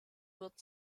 wird